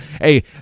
Hey